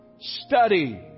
Study